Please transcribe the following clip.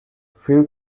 phil